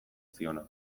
ziona